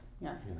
yes